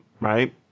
right